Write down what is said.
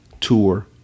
tour